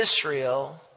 Israel